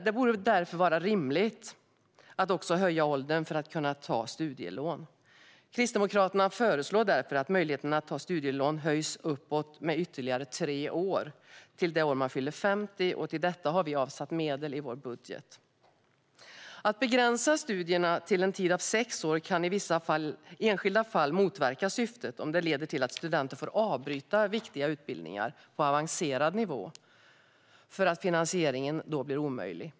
Det borde därför vara rimligt att också höja åldern för att kunna ta studielån. Kristdemokraterna föreslår därför att möjligheten att ta studielån höjs uppåt, med ytterligare tre år, till det år man fyller 50. Till detta har vi avsatt medel i vår budget. Att begränsa studierna till en tid av sex år kan i vissa enskilda fall motverka syftet, om det leder till att studenter får avbryta viktiga utbildningar på avancerad nivå för att finansieringen är omöjlig.